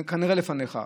כנראה לפניך.